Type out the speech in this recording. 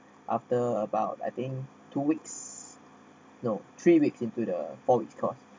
after about I think two weeks no three weeks into the four week course